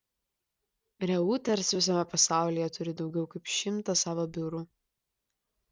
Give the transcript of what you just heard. reuters visame pasaulyje turi daugiau kaip šimtą savo biurų